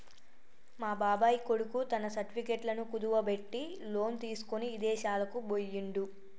మా బాబాయ్ కొడుకు తన సర్టిఫికెట్లను కుదువబెట్టి లోను తీసుకొని ఇదేశాలకు బొయ్యిండు